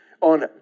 on